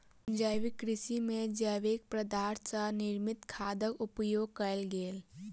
जैविक कृषि में जैविक पदार्थ सॅ निर्मित खादक उपयोग कयल गेल